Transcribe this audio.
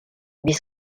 huit